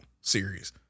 series